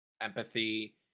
Empathy